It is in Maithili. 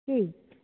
की